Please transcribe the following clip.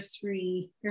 three